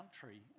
country